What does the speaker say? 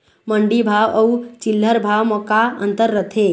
मंडी भाव अउ चिल्हर भाव म का अंतर रथे?